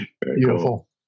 Beautiful